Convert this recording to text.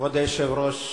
כבוד היושב-ראש,